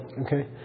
okay